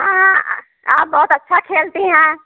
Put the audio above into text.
आप बहुत अच्छा खेलती हैं